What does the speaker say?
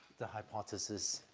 the hypothesis,